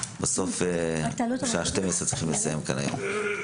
אנחנו צריכים לסיים כאן היום בשעה